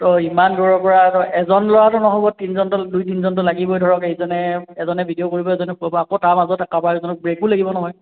ত' ইমান দূৰৰপৰা এজন এজন ল'ৰাটো নহ'ব তিনিজনটো দুই তিনিজনটো লাগিবই ধৰক এইজনে এজনে ভিডিঅ' কৰিব এজনে আকৌ তাৰ মাজতে কাৰবাৰ এজনক ব্ৰেকো লাগিব নহয়